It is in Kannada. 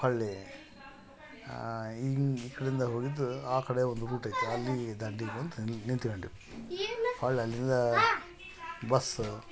ಅಲ್ಲಿ ಈ ಕಡೆಯಿಂದ ಹೊಗಿದ್ದು ಆ ಕಡೆ ಒಂದು ರೂಟ್ ಐತೆ ಅಲ್ಲಿ ದಂಡಿಗೆ ಬಂದು ನಿಂತ್ಕೊಂಡ್ವಿ ಅಲ್ಲಿಂದ ಬಸ್